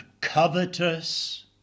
covetous